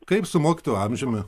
kaip su mokytojų amžiumi